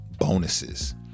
bonuses